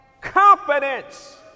confidence